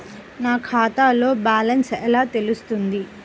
నా ఖాతాలో బ్యాలెన్స్ ఎలా తెలుస్తుంది?